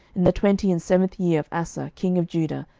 in the twenty and seventh year of asa king of judah,